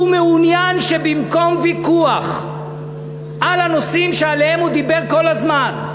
הוא מעוניין שבמקום ויכוח על הנושאים שעליהם הוא דיבר כל הזמן,